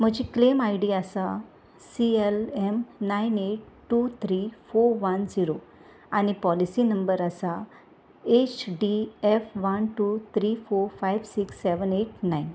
म्हजी claim ID डी आसा C L M nine eight two three four one zero आनी पॉलिसी नंबर आसा H D F one two three four five six seven eight nine